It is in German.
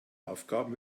aufgaben